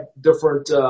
different